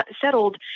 settled